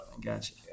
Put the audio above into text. gotcha